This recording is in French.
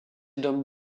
d’hommes